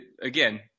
again